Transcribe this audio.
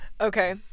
Okay